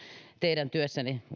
teidän työssänne